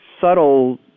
subtle